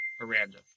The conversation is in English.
Miranda